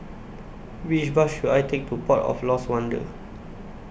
Which Bus should I Take to Port of Lost Wonder